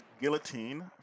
Guillotine